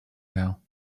now